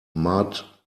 mud